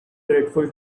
dreadful